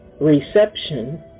reception